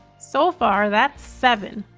so far that's seven.